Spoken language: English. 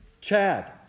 Chad